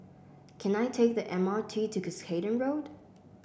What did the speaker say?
can I take the M R T to Cuscaden Road